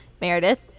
Meredith